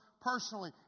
personally